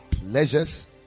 Pleasures